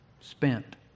spent